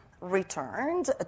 returned